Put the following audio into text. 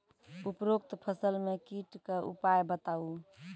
उपरोक्त फसल मे कीटक उपाय बताऊ?